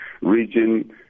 region